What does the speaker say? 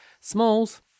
smalls